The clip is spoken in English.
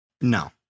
No